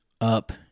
up